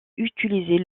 utiliser